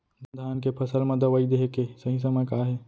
धान के फसल मा दवई देहे के सही समय का हे?